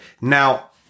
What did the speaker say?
Now